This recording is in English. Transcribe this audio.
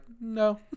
no